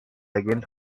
against